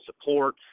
support